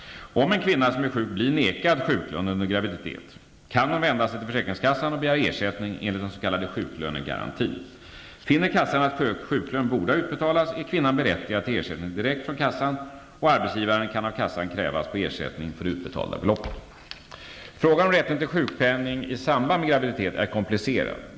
Om en kvinna som är sjuk blir vägrad sjuklön under graviditet kan hon vända sig till försäkringskassan och begära ersättning enligt den s.k. sjuklönegarantin. Finner kassan att sjuklön borde ha utbetalats är kvinnan berättigad till ersättning direkt från kassan och arbetsgivaren kan av kassan krävas på ersättning för det utbetalda beloppet. Frågan om rätten till sjukpenning i samband med graviditet är komplicerad.